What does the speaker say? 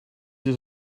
you